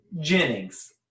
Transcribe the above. Jennings